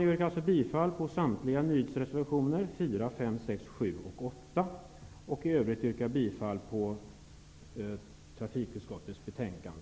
Jag yrkar bifall till samtliga reservationer från Ny demokrati, 4, 5, 6, 7 och 8, och i övrigt till hemställan i trafikutskottets betänkande.